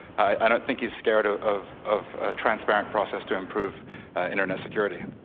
i don't think he's scared ah of of a transparent process to improve internet security.